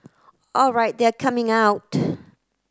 alright they are coming out